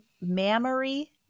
mammary